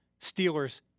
Steelers